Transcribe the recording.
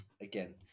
again